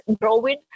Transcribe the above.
growing